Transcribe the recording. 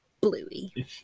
Bluey